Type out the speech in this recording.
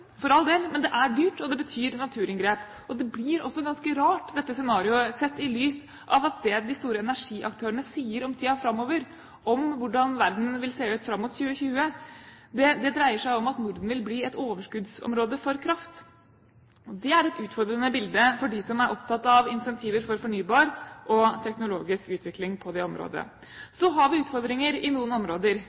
for all del! Men det er dyrt, og det betyr naturinngrep. Dette scenarioet blir også ganske rart, sett i lys av at det de store energiaktørene sier om tiden framover, om hvordan verden vil se ut fram mot 2020, dreier seg om at Norden vil bli et overskuddsområde for kraft. Det er et utfordrende bilde for dem som er opptatt av incentiver for fornybar og teknologisk utvikling på det området. Så har vi utfordringer i noen områder.